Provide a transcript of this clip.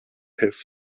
have